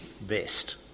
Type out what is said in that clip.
best